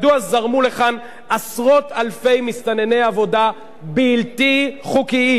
מדוע זרמו לכאן עשרות-אלפי מסתנני עבודה בלתי חוקיים?